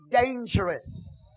dangerous